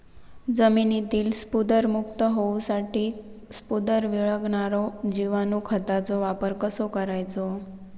जमिनीतील स्फुदरमुक्त होऊसाठीक स्फुदर वीरघळनारो जिवाणू खताचो वापर कसो करायचो?